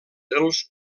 dels